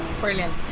Brilliant